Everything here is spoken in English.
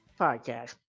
Podcast